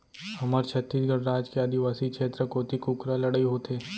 हमर छत्तीसगढ़ राज के आदिवासी छेत्र कोती कुकरा लड़ई होथे